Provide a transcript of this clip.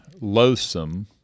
loathsome